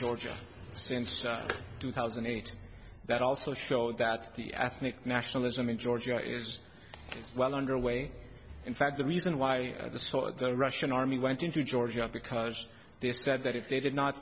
georgia since two thousand and eight that also showed that the ethnic nationalism in georgia is well underway in fact the reason why the sort of the russian army went into georgia because they said that if they did not